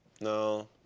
No